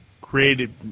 created